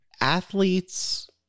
Athletes